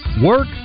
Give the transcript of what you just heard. WORK